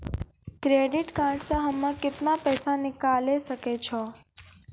Credit card से हम्मे केतना पैसा निकाले सकै छौ?